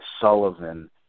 Sullivan